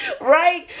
Right